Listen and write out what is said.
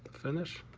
finish